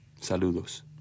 Saludos